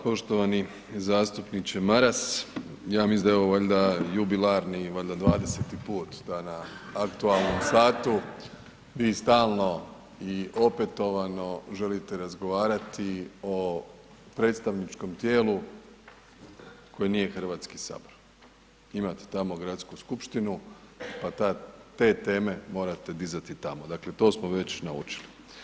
Poštovani zastupniče Maras, ja mislim da je ovo valjda jubilarni valjda 20-ti put da na aktualnom satu vi stalno i opetovano želite razgovarati o predstavničkom tijelu koje nije HS, imate tamo Gradsku skupštinu, pa te teme morate dizati tamo, dakle to smo već naučili.